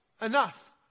enough